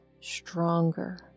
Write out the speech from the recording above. stronger